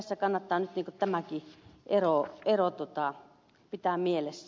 tässä kannattaa nyt tämäkin ero pitää mielessä